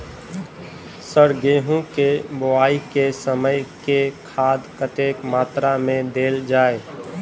Sir गेंहूँ केँ बोवाई केँ समय केँ खाद कतेक मात्रा मे देल जाएँ?